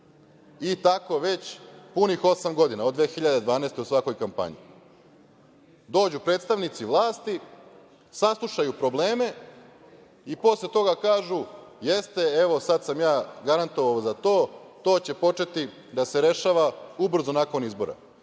i tako već punih osam godina, od 2012. godine, u svakoj kampanji. Dođu predstavnici vlasti, saslušaju probleme i posle toga kažu – jeste, evo sad sam ja garantovao za to, to će početi da se rešava ubrzo nakon